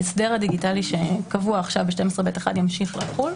ההסדר הדיגיטלי שקבוע עכשיו ב-12ב1 ימשיך לחול.